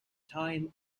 time